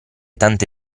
tante